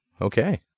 Okay